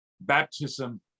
baptism